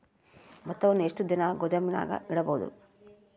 ಭತ್ತವನ್ನು ಎಷ್ಟು ದಿನ ಗೋದಾಮಿನಾಗ ಇಡಬಹುದು?